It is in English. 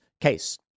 case